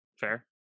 Fair